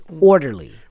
orderly